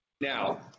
Now